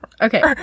okay